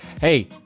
hey